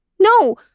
No